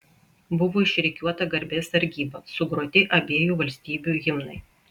buvo išrikiuota garbės sargyba sugroti abiejų valstybių himnai